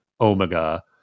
Omega